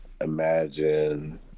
imagine